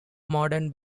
modern